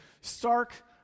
stark